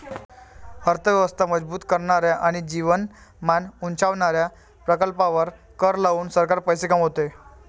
अर्थ व्यवस्था मजबूत करणाऱ्या आणि जीवनमान उंचावणाऱ्या प्रकल्पांवर कर लावून सरकार पैसे कमवते